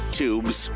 tubes